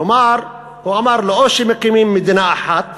כלומר הוא אמר לו: או שמקימים מדינה אחת